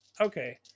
okay